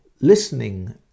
listening